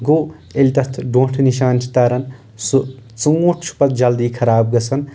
گوٚو ییٚلہِ تتھ ڈۄٹھٕ نشانہٕ چھِ تران سُہ ژوٗنٹھ چھُ پتہٕ جلدی خراب گژھان